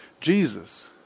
Jesus